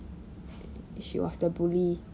she was the bully